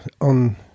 on